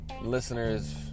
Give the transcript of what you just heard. listeners